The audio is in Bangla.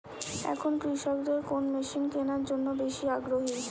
এখন কৃষকদের কোন মেশিন কেনার জন্য বেশি আগ্রহী?